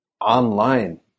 online